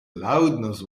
loudness